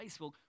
Facebook